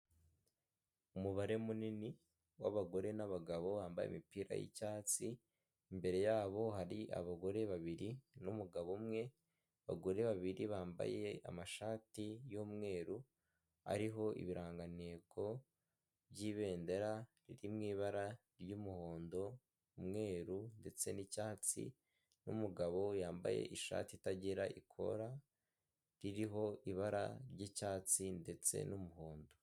Umubare munini w'abagore n'abagabo bambaye imipira y'icyatsi, imbere yabo hari abagore babiri n'umugabo umwe, abagore babiri bambaye amashati y'umweru ariho ibirangantego by'ibendera riri mu ibara ry'umuhondo umweru ndetse n'icyatsi, n'umugabo yambaye ishati itagira ikora ririho ibara ry'icyatsi ndetse n'umuhondo.